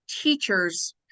teachers